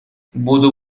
بدو